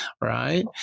Right